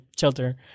shelter